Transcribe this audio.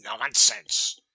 nonsense